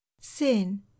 sin